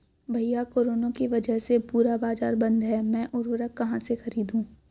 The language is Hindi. भैया कोरोना के वजह से पूरा बाजार बंद है मैं उर्वक कहां से खरीदू?